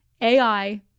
ai